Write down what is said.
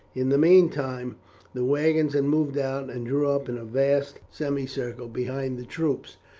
in the meantime the wagons had moved out and drew up in a vast semicircle behind the troops,